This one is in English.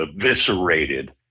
eviscerated